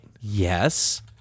yes